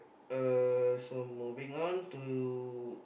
uh so moving on to